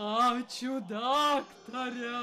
ačiū daktare